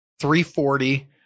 340